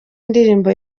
indirimbo